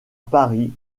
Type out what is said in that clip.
paris